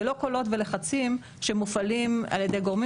ולא קולות ולחצים שמופעלים על ידי גורמים